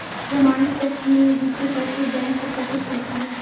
प्रमाणित चेक में लिखे पैसे बैंक सत्यापित करता है